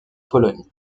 pologne